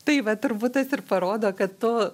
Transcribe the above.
tai va turbūt tas ir parodo kad tu